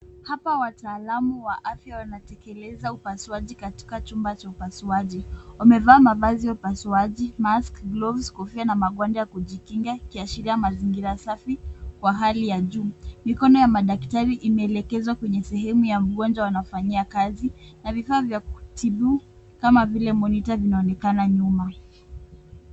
Hapa wataalamu wa afya wanatekeleza upasuaji katika chumba cha upasuaji. Wamevaa mavazi ya upasuaji mask, gloves, kofia na magwanda ya kujikinga ikiashiria mazingira safi kwa hali ya juu. Mikono ya madaktari imeelekezwa kwenye sehemu ya mgonjwa wanaofanyia kazi na vifaa vya kutibu kama vile monitor vinaonekana nyuma.